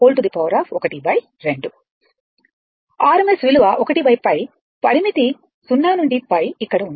RMS విలువ 1 π పరిమితి 0 నుండి π ఇక్కడ ఉంది